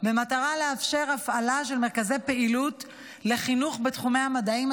במטרה לאפשר הפעלה של מרכזי פעילות לחינוך בתחומי המדעים,